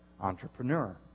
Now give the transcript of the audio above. entrepreneur